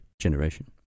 generation